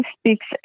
speaks